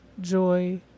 joy